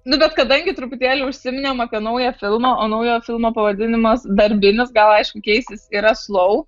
nu bet kadangi truputėlį užsiminėm apie naują filmą o naujo filmo pavadinimas darbinis gal aišku keisis yra slou